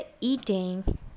eating